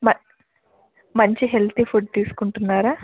మ మంచి healthy food తీసుకుంటున్నారా